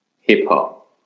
Hip-hop